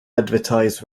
advertise